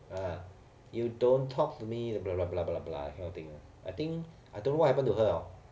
you don't talk to me the blah blah blah blah blah that kind of thing I think I don't know what happened to her